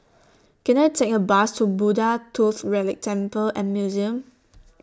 Can I Take A Bus to Buddha Tooth Relic Temple and Museum